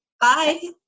Bye